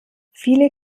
viele